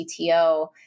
CTO